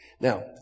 Now